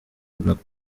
black